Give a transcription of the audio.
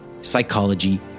psychology